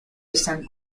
están